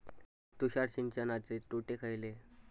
तुषार सिंचनाचे तोटे खयले?